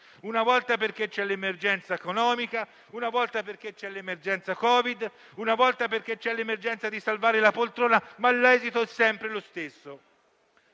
una volta perché c'è l'emergenza economica, una volta per l'emergenza Covid, un'altra volta per l'emergenza di salvare la poltrona, ma l'esito è sempre lo stesso.